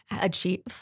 achieve